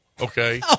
okay